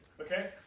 okay